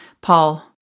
Paul